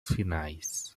finais